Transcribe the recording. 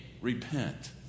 repent